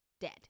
Dead